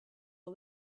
all